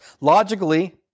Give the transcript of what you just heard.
Logically